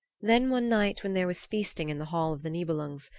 then one night when there was feasting in the hall of the nibelungs,